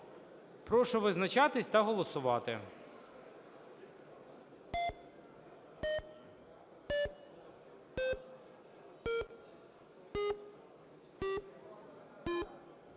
Прошу визначатися та голосувати.